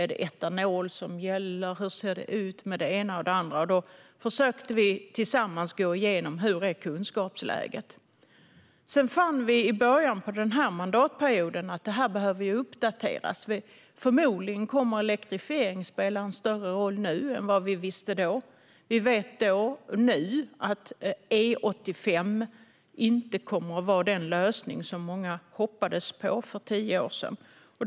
Är det etanol som gäller? Hur ser det ut med det ena och det andra? Vi försökte tillsammans gå igenom: Hur är kunskapsläget? Sedan fann vi i början på den här mandatperioden att det behöver uppdateras. Förmodligen kommer elektrifiering att spela en större roll nu än vad vi visste då. Vi vet nu att E85 inte kommer att vara den lösning som många hoppades på för tio år sedan.